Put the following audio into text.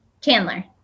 chandler